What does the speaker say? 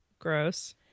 gross